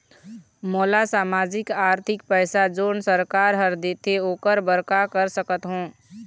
मोला सामाजिक आरथिक पैसा जोन सरकार हर देथे ओकर बर का कर सकत हो?